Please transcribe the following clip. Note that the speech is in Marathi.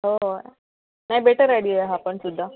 हो हो नाही बेटर आयडिया हा पण सुद्धा